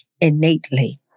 innately